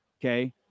okay